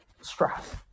stress